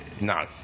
No